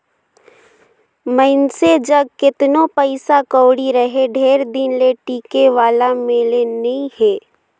मइनसे जग केतनो पइसा कउड़ी रहें ढेर दिन ले टिके वाला में ले नी हे